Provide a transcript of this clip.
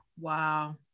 Wow